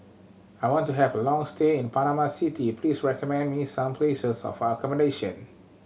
I want to have a long stay in Panama City please recommend me some places of accommodation